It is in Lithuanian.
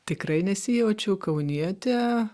tikrai nesijaučiau kaunietė